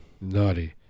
naughty